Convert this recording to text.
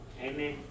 Amen